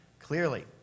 clearly